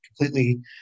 completely